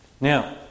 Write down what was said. Now